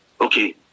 okay